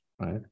right